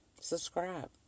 Subscribe